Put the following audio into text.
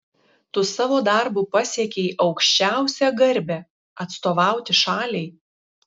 tu savo darbu pasiekei aukščiausią garbę atstovauti šaliai